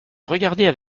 regardaient